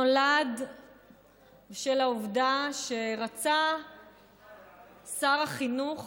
נולד בשל העובדה שרצה שר החינוך